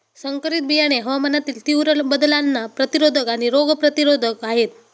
संकरित बियाणे हवामानातील तीव्र बदलांना प्रतिरोधक आणि रोग प्रतिरोधक आहेत